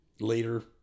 later